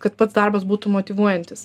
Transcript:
kad pats darbas būsų motyvuojantis